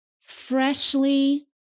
freshly